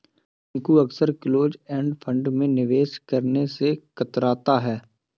टिंकू अक्सर close end fund में निवेश करने से कतराता है